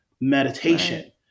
meditation